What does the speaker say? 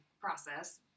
process